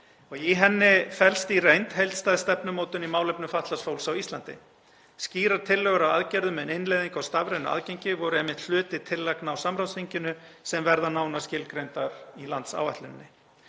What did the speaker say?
og í henni felst í reynd heildstæð stefnumótun í málefnum fatlaðs fólks á Íslandi. Skýrar tillögur að aðgerðum og innleiðingu á stafrænu aðgengi voru einmitt hluti tillagna á samráðsþinginu sem verða nánar skilgreindar í landsáætluninni.